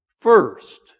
first